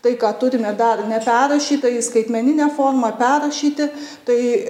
tai ką turime dar neperrašytą į skaitmeninę formą perrašyti tai